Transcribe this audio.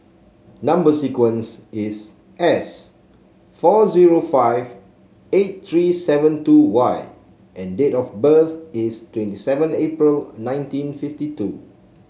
number sequence is S four zero five eight three seven two Y and date of birth is twenty seven April nineteen fifty two